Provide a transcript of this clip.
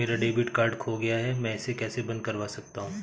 मेरा debit card खो गया है मैं इसे कैसे बंद करवा सकता हूँ?